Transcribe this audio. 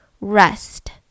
rest